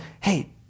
hey